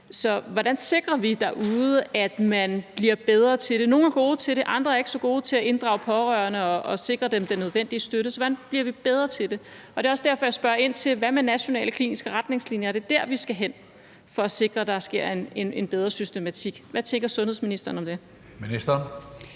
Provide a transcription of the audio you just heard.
Så hvordan sikrer vi, at man bliver bedre til det derude? Nogle er gode til det; andre er ikke så gode til at inddrage pårørende og sikre dem den nødvendige støtte. Så hvordan bliver vi bedre til det? Det er også derfor, at jeg spørger ind til de nationale kliniske retningslinjer. Er det der, vi skal hen for at sikre, at der bliver en bedre systematik? Hvad tænker sundhedsministeren om det?